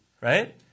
Right